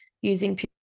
using